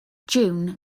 june